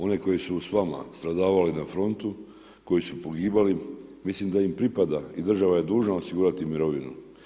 One koji su s vama stradavali na frontu, koji su pogibali, mislim da im pripada i država je dužna osigurati mirovinu.